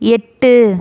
எட்டு